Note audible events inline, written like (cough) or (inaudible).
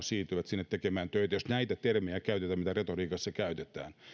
(unintelligible) siirtyivät sinne tekemään töitä elintasopakolaisina voidaan sanoa jos näitä termejä käytetään joita retoriikassa käytetään